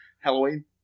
Halloween